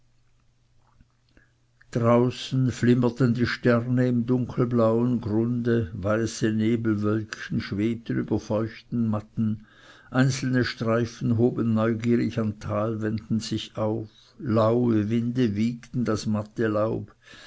draußen flimmerten die sterne im dunkelblauen grunde weiße nebelwölkchen schwebten über feuchten matten einzelne streifen hoben neugierig an talwänden sich auf laue winde wiegten das matte laub